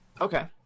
Okay